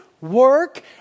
work